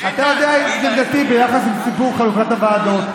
אתה יודע את עמדתי ביחס לסיפור חלוקת הוועדות.